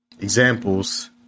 examples